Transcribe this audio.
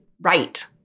Right